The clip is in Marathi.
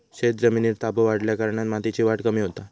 शेतजमिनीर ताबो वाढल्याकारणान शेतीची वाढ कमी होता